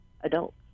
adults